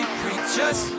preachers